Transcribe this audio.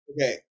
Okay